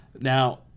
Now